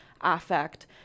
affect